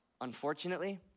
unfortunately